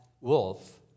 wolf